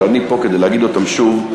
אבל אני פה כדי להגיד אותם שוב,